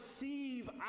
receive